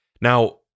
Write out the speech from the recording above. now